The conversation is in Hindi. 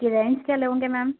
जी रेंट क्या लोगे मेम